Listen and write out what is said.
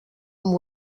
amb